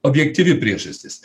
objektyvi priežastis